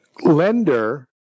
lender